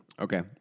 Okay